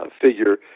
figure